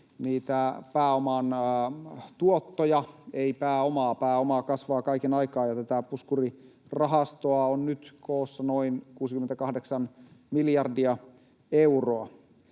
niitä pääoman tuottoja, ei pääomaa — pääoma kasvaa kaiken aikaa — ja tätä puskurirahastoa on nyt koossa noin 68 miljardia euroa.